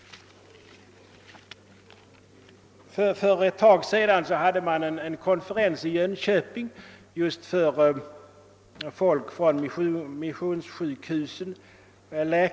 För en tid sedan hölls i Jönköping en konferens för läkare och annan personal från missionssjukhusen.